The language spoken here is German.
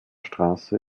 straße